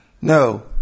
No